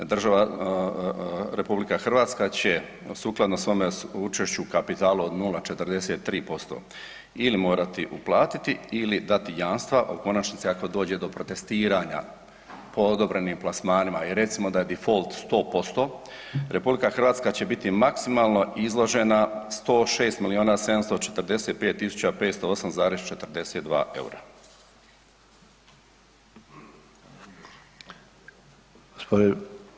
Država, RH će sukladno svome učešću u kapitalu od 0,43% ili morati uplatiti ili dati jamstva o konačnici ako dođe do protestiranja po odobrenim plasmanima i recimo da je difolt 100%, RH će biti maksimalno izložena 106 milijuna 745 tisuća 508,42 EUR-a.